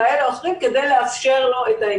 דברים כאלה ואחרים כדי לאפשר לו לחיות.